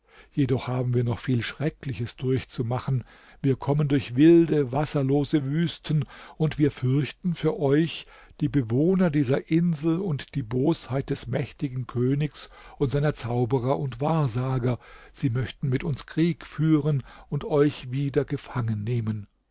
jedoch haben wir noch viel schreckliches durchzumachen wir kommen durch wilde wasserlose wüsten und wir fürchten für euch die bewohner dieser insel und die bosheit des mächtigen königs und seiner zauberer und wahrsager sie möchten mit uns krieg führen und euch wieder gefangen